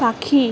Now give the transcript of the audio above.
পাখি